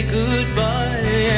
goodbye